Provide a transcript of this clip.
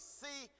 see